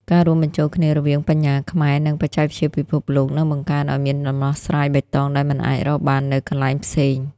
ការរួមបញ្ចូលគ្នារវាង "បញ្ញាខ្មែរ" និង "បច្ចេកវិទ្យាពិភពលោក" នឹងបង្កើតឱ្យមានដំណោះស្រាយបៃតងដែលមិនអាចរកបាននៅកន្លែងផ្សេង។